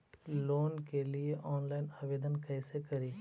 Loan के लिये online आवेदन कैसे करि?